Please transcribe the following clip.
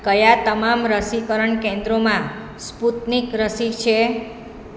કયા તમામ રસીકરણ કેન્દ્રોમાં સ્પુતનિક રસી છે